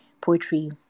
poetry